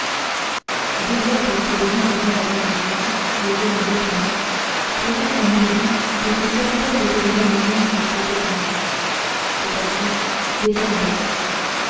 ce double ordre que donna aux mêmes individus le jeune lieutenant prouva à milady que ses serviteurs étaient les mêmes hommes que ses gardiens c'est-à-dire des soldats